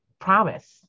promise